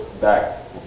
back